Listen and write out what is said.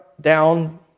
down